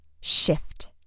shift